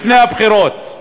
לפני הבחירות,